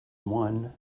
one